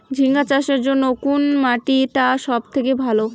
ঝিঙ্গা চাষের জইন্যে কুন মাটি টা সব থাকি ভালো?